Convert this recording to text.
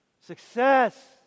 success